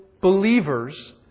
believers